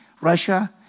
Russia